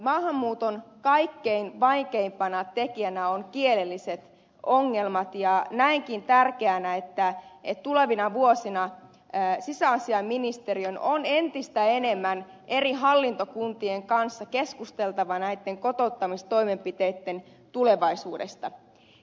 maahanmuuton kaikkein vaikeimpana tekijänä ovat kielelliset ongelmat ja näenkin tärkeänä että tulevina vuosina sisäasiainministeriön on entistä enemmän eri hallintokuntien kanssa keskusteltava näitten kotouttamistoimenpiteitten tulevaisuudesta